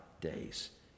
days